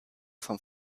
vom